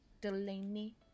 Delaney